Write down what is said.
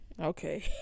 Okay